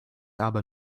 aber